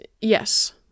yes